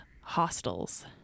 Hostels